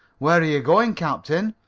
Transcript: where are you going, captain?